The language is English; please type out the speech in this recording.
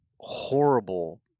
horrible